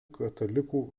katalikų